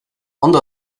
ondo